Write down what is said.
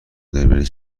دلبری